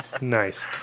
Nice